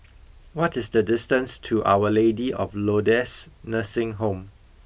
what is the distance to Our Lady of Lourdes Nursing Home